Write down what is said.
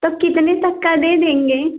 तो कितने तक का दे देंगें